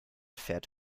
fährt